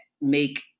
make